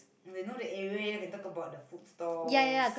they know the area ya can talk about the food stalls